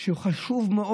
שהוא חשוב מאוד.